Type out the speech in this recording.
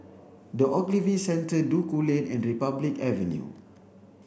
the Ogilvy Centre Duku Lane and Republic Avenue